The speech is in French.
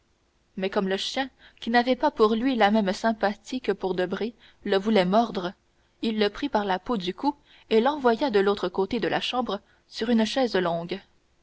mais comme le chien qui n'avait pas pour lui la même sympathie que pour debray le voulait mordre il le prit par la peau du cou et l'envoya de l'autre côté de la chambre sur une chaise longue